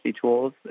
tools